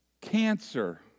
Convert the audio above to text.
cancer